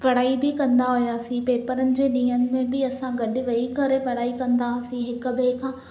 पढ़ाई बि कंदा हुआसीं पेपरनि जे ॾींहनि में बि असां गॾु वेही करे पढ़ाई कंदा हुआसीं हिक ॿिए खां